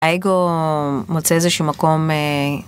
‫האגו מוצא איזשהו מקום...